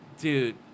dude